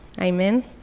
amen